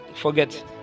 forget